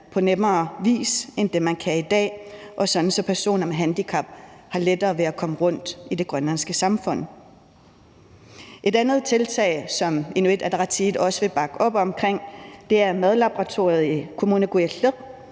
nemmere, end det er i dag, og sådan at personer med handicap har lettere ved at komme rundt i det grønlandske samfund. Et andet tiltag, som Inuit Ataqatigiit også vil bakke op om, er madlaboratoriet i Kommune Kujalleq